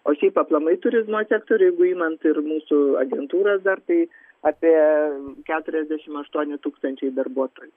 o šiaip aplamai turizmo sektorių jeigu imant ir mūsų agentūras dar tai apie keturiasdešim aštuoni tūkstančiai darbuotojų